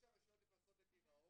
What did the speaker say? או שהרשויות נכנסות לגירעון,